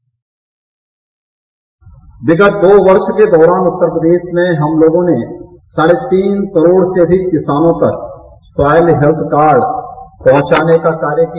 bite विगत दो वर्ष के दौरान उत्तर प्रदेश में हम लोगों ने साढ़े तीन करोड़ से अधिक किसान तक सॉइल हेल्थ कार्ड पहुंचाने का कार्य किया